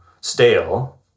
stale